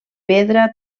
pedra